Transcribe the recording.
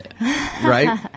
Right